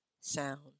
sound